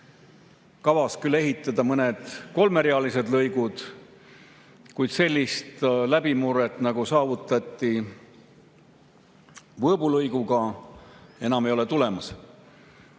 kavas ehitada mõned kolmerealised lõigud, kuid sellist läbimurret, nagu saavutati Võõbu lõiguga, ei ole enam tulemas.